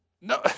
no